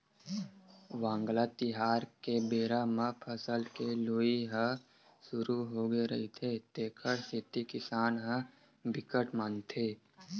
वांगला तिहार के बेरा म फसल के लुवई ह सुरू होगे रहिथे तेखर सेती किसान ह बिकट मानथे